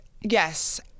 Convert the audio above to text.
yes